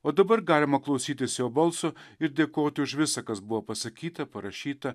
o dabar galima klausytis jo balso ir dėkoti už visa kas buvo pasakyta parašyta